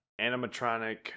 animatronic